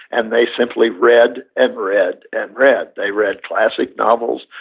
and they simply read and read and read. they read classic novels.